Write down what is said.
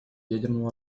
ядерном